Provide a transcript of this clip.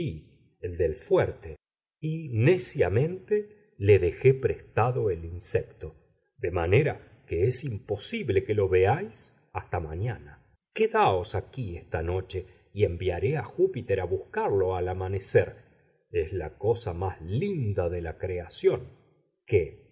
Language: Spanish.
el del fuerte y neciamente le dejé prestado el insecto de manera que es imposible que lo veáis hasta mañana quedaos aquí esta noche y enviaré a júpiter a buscarlo al amanecer es la cosa más linda de la creación qué